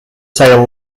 tail